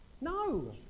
No